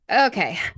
okay